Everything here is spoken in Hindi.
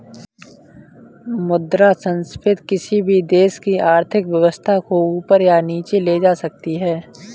मुद्रा संस्फिति किसी भी देश की अर्थव्यवस्था को ऊपर या नीचे ले जा सकती है